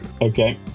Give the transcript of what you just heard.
okay